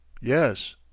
yes